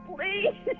Please